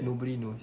nobody knows